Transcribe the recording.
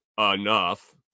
enough